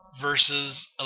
versus